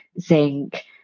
zinc